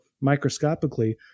microscopically